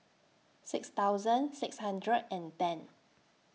six thousand six hundred and ten